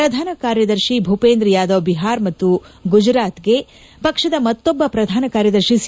ಪ್ರಧಾನ ಕಾರ್ಯದರ್ಶಿ ಭೂಷೇಂದ್ರ ಯಾದವ್ ಬಿಹಾರ್ ಮತ್ತು ಗುಜರಾತ್ಗೆ ಪಕ್ಷದ ಮತ್ತೊಬ್ಬ ಪ್ರಧಾನ ಕಾರ್ಯದರ್ಶಿ ಸಿ